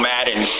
Madden